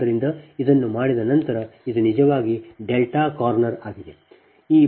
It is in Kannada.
ಆದ್ದರಿಂದ ಇದನ್ನು ಮಾಡಿದ ನಂತರ ಇದು ನಿಜಕ್ಕೂ ಡೆಲ್ಟಾ ಕಾರ್ನರ್ ಆಗಿದೆ